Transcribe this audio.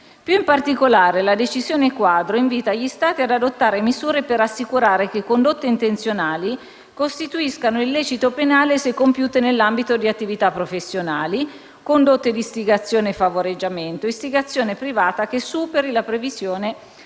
Più in particolare, la decisione quadro invita gli Stati ad adottare misure per assicurare che condotte intenzionali costituiscano illecito penale se compiute nell'ambito di attività professionali, condotte di istigazione e favoreggiamento, istigazione privata che superi la previsione